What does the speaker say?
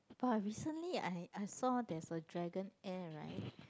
but recently I I saw there's a Dragon Air right